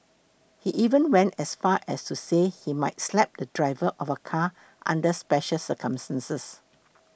he even went as far as to say he might slap the driver of a car under special circumstances